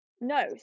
No